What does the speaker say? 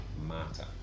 matter